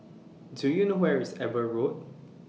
Do YOU know Where IS Eber Road